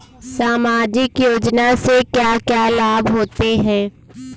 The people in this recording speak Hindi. सामाजिक योजना से क्या क्या लाभ होते हैं?